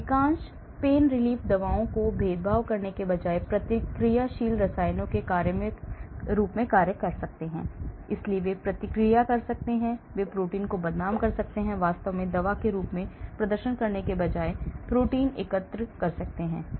अधिकांश PAIN दवाओं को भेदभाव करने के बजाय प्रतिक्रियाशील रसायनों के रूप में कार्य करते हैं इसलिए वे प्रतिक्रिया कर सकते हैं वे प्रोटीन को बदनाम कर सकते हैं या वास्तव में दवा के रूप में प्रदर्शन करने के बजाय प्रोटीन एकत्र कर सकते हैं